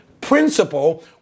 principle